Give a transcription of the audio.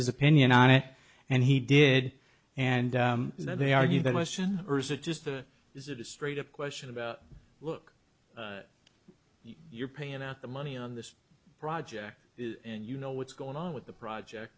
his opinion on it and he did and that they argue that lesson or is it just the is it a straight up question about look you're paying out the money on this project and you know what's going on with the project